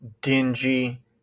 dingy